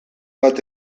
bat